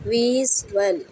visual